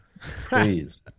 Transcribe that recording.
please